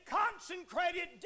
consecrated